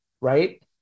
right